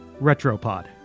Retropod